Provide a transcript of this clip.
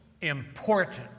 important